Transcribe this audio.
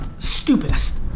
stupidest